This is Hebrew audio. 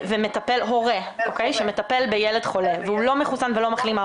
הורה שמטפל בילד חולה והוא לא מחוסן ולא מחלים,